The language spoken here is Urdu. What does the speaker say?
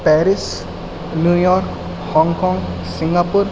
Paris New York Hong Kong سنگا پور